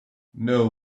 know